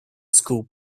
scoop